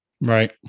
Right